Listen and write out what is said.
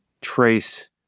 trace